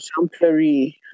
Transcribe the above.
exemplary